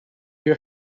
you